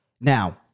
Now